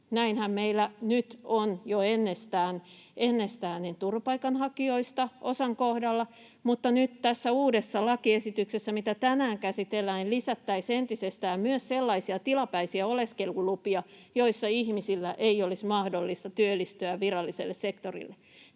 Näinhän meillä nyt on jo ennestään turvapaikanhakijoista osan kohdalla, mutta nyt tässä uudessa lakiesityksessä, mitä tänään käsitellään, lisättäisiin entisestään myös sellaisia tilapäisiä oleskelulupia, joissa ihmisillä ei olisi mahdollista työllistyä viralliselle sektorille.